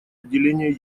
отделения